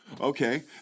okay